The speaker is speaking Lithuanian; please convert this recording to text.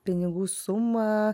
pinigų sumą